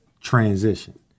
transition